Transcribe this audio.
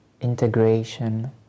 integration